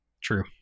true